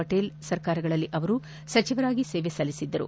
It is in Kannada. ಪಟೇಲ್ ಸರ್ಕಾರಗಳಲ್ಲಿ ಅವರು ಸಚಿವರಾಗಿ ಸೇವೆ ಸಲ್ಲಿಸಿದ್ದರು